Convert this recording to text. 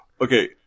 Okay